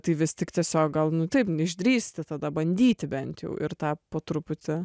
tai vis tik tiesiog gal nu taip išdrįsti tada bandyti bent jau ir tą po truputį